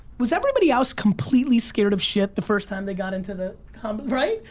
was everybody else completely scared of shit the first time they got into the combo, right?